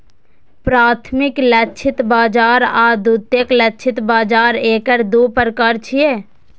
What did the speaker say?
प्राथमिक लक्षित बाजार आ द्वितीयक लक्षित बाजार एकर दू प्रकार छियै